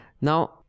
Now